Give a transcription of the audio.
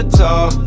talk